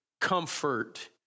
comfort